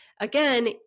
Again